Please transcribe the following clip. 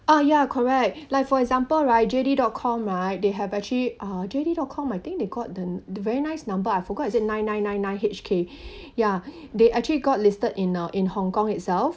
ah ya correct like for example right J_D dot com right they have actually uh J_D dot com I think they got the the very nice number I forgot is it nine nine nine nine H_K ya they actually got listed in uh in hong kong itself